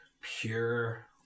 pure